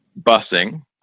busing